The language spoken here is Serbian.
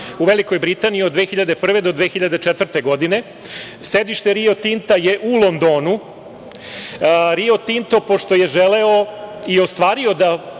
u Velikoj Britaniji od 2001. do 2004. godine. Sedište „Rio Tinta“ je u Londonu. „Rio Tinto“, pošto je želeo i ostvario da